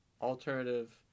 alternative